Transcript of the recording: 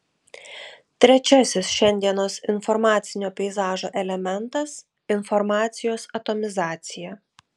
trečiasis šiandienos informacinio peizažo elementas informacijos atomizacija